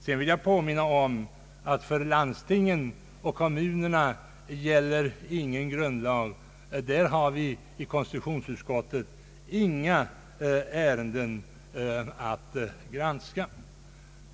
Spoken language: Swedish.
Sedan vill jag påminna om att för landsting och kommuner gäller inte någon grundlag. I det fallet har vi i konstitutionsutskottet inga ärenden att granska.